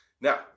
Now